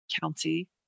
county